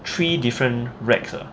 three different racks ah